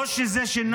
לא שזה שינה.